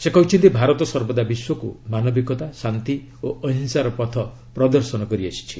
ସେ କହିଛନ୍ତି ଭାରତ ସର୍ବଦା ବିଶ୍ୱକୁ ମାନବିକତା ଶାନ୍ତି ଓ ଅହିଂସାର ପଥ ପ୍ରଦର୍ଶନ କରି ଆସିଛି